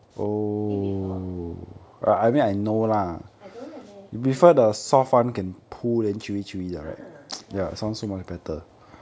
you eat before I don't like leh 很难吃 leh ah ya